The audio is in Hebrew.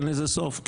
אין לזה סוף,